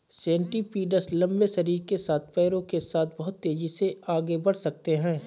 centipedes लंबे शरीर के साथ पैरों के साथ बहुत तेज़ी से आगे बढ़ सकते हैं